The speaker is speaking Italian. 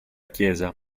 chiesa